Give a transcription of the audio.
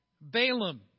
Balaam